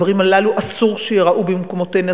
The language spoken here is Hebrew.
הדברים הללו אסור שייראו במקומותינו,